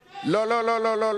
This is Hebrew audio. לא, לא, לא.